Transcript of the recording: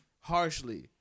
harshly